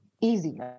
easy